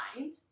mind